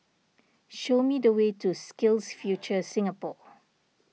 show me the way to SkillsFuture Singapore